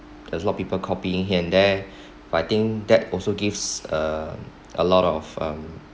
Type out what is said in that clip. there's lot people copying here and there but I think that also gives um a lot of um